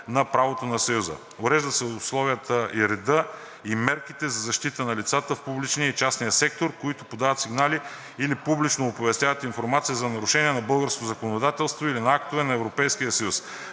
на правото на Съюза. Уреждат се условията, редът и мерките за защита на лицата в публичния и частния сектор, които подават сигнали или публично оповестяват информация за нарушения на българското законодателство или на актове на Европейския съюз.